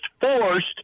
forced